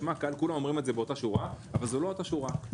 כולם אומרים את זה באותה שור אבל זו לא אותה שורה.